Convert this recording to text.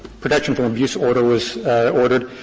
protection from abuse order was ordered,